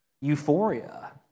euphoria